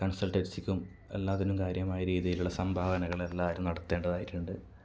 കൺസൾട്ടൻസിക്കും എല്ലാത്തിനും കാര്യമായി രീതിയിലുള്ള സംഭാവനകള് എല്ലാവരും നടത്തേണ്ടതായിട്ടുണ്ട്